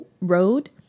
road